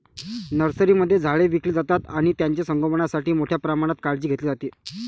नर्सरीमध्ये झाडे विकली जातात आणि त्यांचे संगोपणासाठी मोठ्या प्रमाणात काळजी घेतली जाते